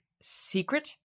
secret